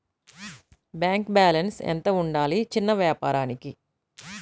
Bank balance ఎంత ఉండాలి చిన్న వ్యాపారానికి?